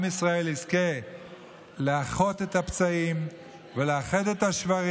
עם ישראל יזכה לאחות את הפצעים ולאחד את השברים